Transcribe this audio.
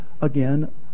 again